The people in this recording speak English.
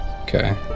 okay